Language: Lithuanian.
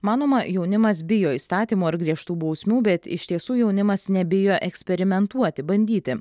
manoma jaunimas bijo įstatymo ir griežtų bausmių bet iš tiesų jaunimas nebijo eksperimentuoti bandyti